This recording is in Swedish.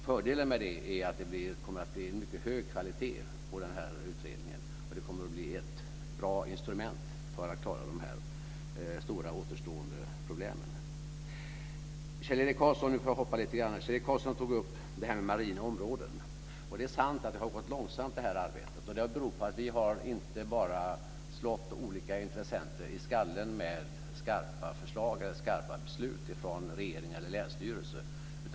Fördelen är att det kommer att bli mycket hög kvalitet på utredningen. Det här kommer att bli ett bra instrument för att klara de stora återstående problemen. Kjell-Erik Karlsson - nu får jag hoppa lite grann - tog upp det här med marina områden. Det är sant att det arbetet har gått långsamt. Det har berott på att vi inte bara har slagit olika intressenter i skallen med skarpa förslag eller beslut från regering eller länsstyrelse.